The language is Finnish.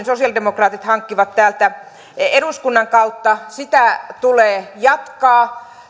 sosialidemokraatit hankkivat rahoituksen täältä eduskunnan kautta peruskorjausta tulee jatkaa